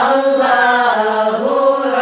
Allahu